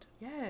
yes